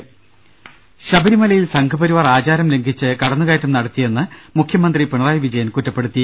ള അ ശ്ര ശബരിമലയിൽ സംഘ് പരിവാർ ആചാരം ലംഘിച്ച് കടന്നു കയറ്റം നടത്തിയെന്ന് മുഖ്യമന്ത്രി പിണറായി വിജയൻ കുറ്റപ്പെടുത്തി